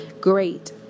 great